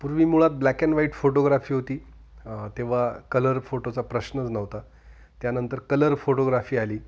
पूर्वी मुळात black and white photography होती तेव्हा कलर फोटोचा प्रश्नच नव्हता त्यानंतर कलर फोटोग्राफी आली